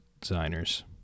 designers